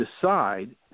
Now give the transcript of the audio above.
decide